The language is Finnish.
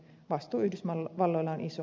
vastuu yhdysvalloilla on iso